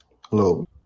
Hello